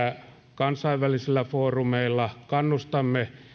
kansainvälisillä foorumeilla kannustamme